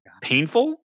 painful